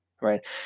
right